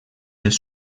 els